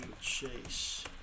chase